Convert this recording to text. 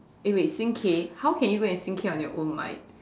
eh wait sing K how can you go and sing K on your own mate